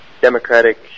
democratic